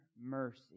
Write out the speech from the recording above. mercy